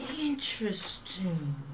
Interesting